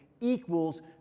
equals